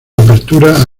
apertura